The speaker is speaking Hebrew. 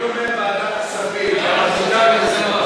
אני אומר ועדת הכספים, כי אנחנו דנו בזה כבר.